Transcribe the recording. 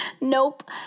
Nope